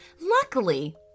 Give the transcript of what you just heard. Luckily